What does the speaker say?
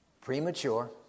premature